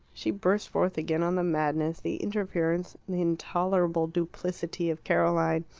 she burst forth again on the madness, the interference, the intolerable duplicity of caroline.